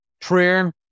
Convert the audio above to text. Prayer